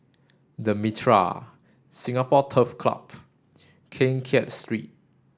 the Mitraa Singapore Turf Club Keng Kiat Street